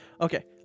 Okay